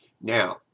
now